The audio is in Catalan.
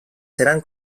seran